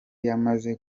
yamaze